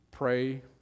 Pray